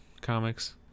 comics